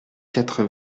quatre